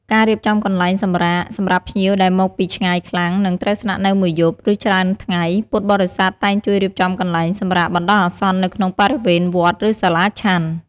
ការគ្រប់គ្រងបរិក្ខារ ពួកគេទទួលបន្ទុកក្នុងការគ្រប់គ្រង និងធានាថាបរិក្ខារចាំបាច់ទាំងអស់ ដូចជាឧបករណ៍ភ្លើង កង្ហារ ជាដើម ដំណើរការបានល្អសម្រាប់ជាប្រយោជន៍ដល់ភ្ញៀវ។